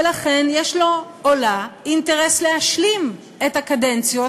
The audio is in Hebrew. ולכן, יש לו או לה אינטרס להשלים את הקדנציות